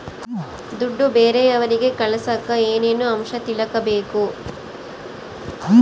ದುಡ್ಡು ಬೇರೆಯವರಿಗೆ ಕಳಸಾಕ ಏನೇನು ಅಂಶ ತಿಳಕಬೇಕು?